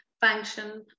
function